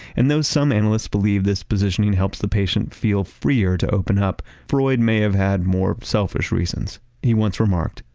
and though some analysts believe this positioning helps the patient feel freer to open up, freud may have had more selfish reasons. he once remarked,